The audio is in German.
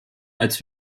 als